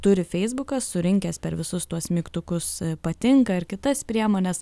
turi feisbukas surinkęs per visus tuos mygtukus patinka ar kitas priemones